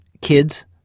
kids